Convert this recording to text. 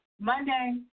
Monday